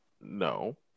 No